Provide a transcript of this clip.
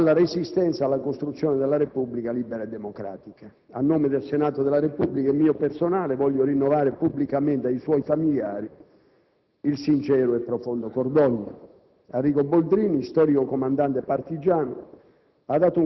dalla Resistenza alla costruzione della Repubblica libera e democratica. A nome del Senato della Repubblica, e mio personale, voglio rinnovare pubblicamente ai suoi familiari il sincero e profondo cordoglio. Arrigo Boldrini, storico comandante partigiano,